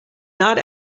not